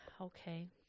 Okay